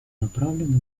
направлены